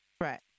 Right